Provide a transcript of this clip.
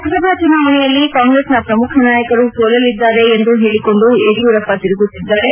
ಲೋಕಸಭಾ ಚುನಾವಣೆಯಲ್ಲಿ ಕಾಂಗ್ರೆಸ್ನ ಶ್ರಮುಖ ನಾಯಕರು ಸೋಲಲಿದ್ದಾರೆ ಎಂದು ಹೇಳಕೊಂಡು ಯಡಿಯೂರಪ್ಪ ತಿರುಗುತ್ತಿದ್ದಾರೆ